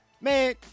man